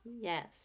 Yes